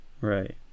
right